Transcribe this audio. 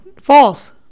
false